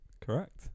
Correct